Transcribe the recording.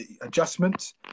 adjustments